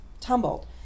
tumbled